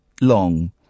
long